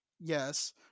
yes